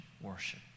worship